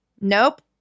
nope